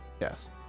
Yes